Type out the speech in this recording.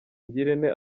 ngirente